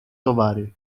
towary